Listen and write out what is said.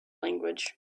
language